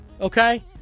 Okay